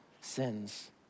sins